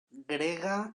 grega